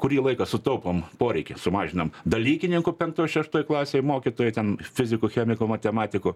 kurį laiką sutaupom poreikį sumažinam dalykininkų penktoj šeštoj klasėje mokytojų ten fizikų chemikų matematikų